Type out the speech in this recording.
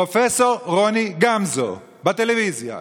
פרופ' רוני גמזו, בטלוויזיה.